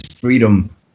freedom